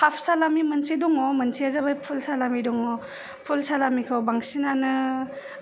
half सालामि मोनसे दङ मोनसेया जाबाय फुल सालामि दङ फुल सालामिखौ बांसिन नानो